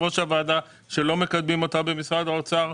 ראש הוועדה שלא מקדמים אותה במשרד האוצר,